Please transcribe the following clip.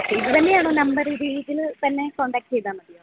ഇതുതന്നെയാണോ number ഇതിൽത്തന്നെ contact ചെയ്താൽ മതിയോ